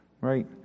Right